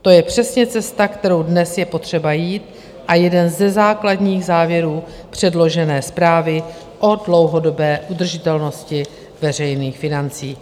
To je přesně cesta, kterou dnes je potřeba jít, a jeden ze základních závěrů předložené zprávy o dlouhodobé udržitelnosti veřejných financí.